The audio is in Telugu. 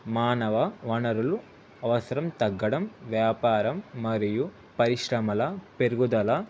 మానవ వనరులు అవసరం తగ్గడం వ్యాపారం మరియు పరిశ్రమల పెరుగుదల